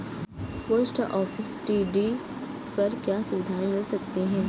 Post office TD पर क्या सुविधाएँ मिल सकती है?